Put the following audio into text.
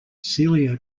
celia